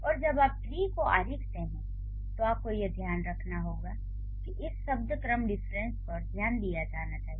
और जब आप ट्री को आरिखते हैं तो आपको यह ध्यान रखना होगा कि इस शब्द क्रम डिफरेंस पर ध्यान दिया जाना चाहिए